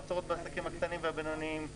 נוצרות בעסקים הקטנים והבינוניים.